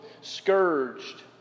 scourged